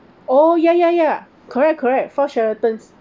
oh ya ya ya correct correct four sheratons